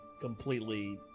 completely